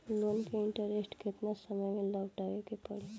Loan के interest केतना समय में लौटावे के पड़ी?